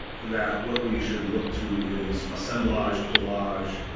that what we should look to is assemblage, collage,